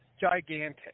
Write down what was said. gigantic